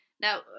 Now